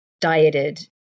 dieted